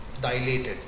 dilated